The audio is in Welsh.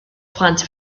plant